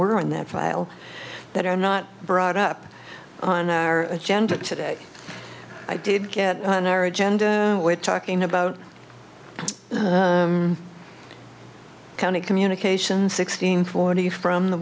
were in that file that are not brought up on our agenda today i did get on our agenda we're talking about kind of communication sixteen for you from the